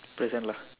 prison lah